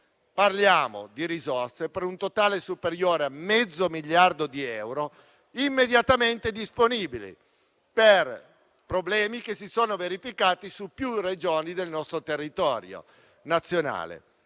Parliamo di risorse per un totale superiore a mezzo miliardo di euro, immediatamente disponibili per problemi che si sono verificati su più Regioni del nostro territorio nazionale.